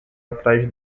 atrás